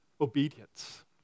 obedience